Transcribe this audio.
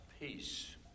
peace